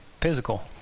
physical